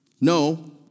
No